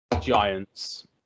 Giants